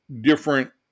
different